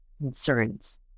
concerns